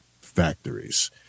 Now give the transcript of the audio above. factories